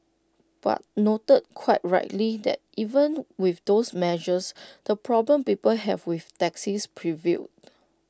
but noted quite rightly that even with those measures the problems people have with taxis prevailed